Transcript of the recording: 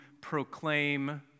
proclaim